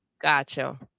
Gotcha